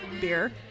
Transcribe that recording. beer